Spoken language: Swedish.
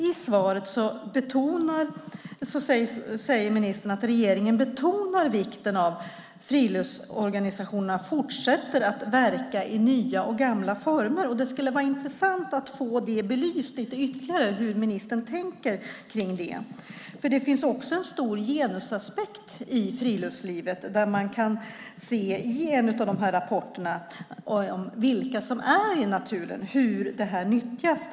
I svaret säger ministern att regeringen betonar vikten av att friluftsorganisationerna fortsätter att verka i nya och gamla former. Det skulle vara intressant att få det belyst lite ytterligare hur ministern tänker kring det. Det finns också en stor genusaspekt i friluftslivet. I en av de här rapporterna kan man se vilka som är ute i naturen och hur den nyttjas.